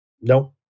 Nope